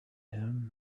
him